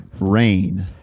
Rain